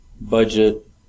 budget